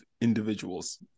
individuals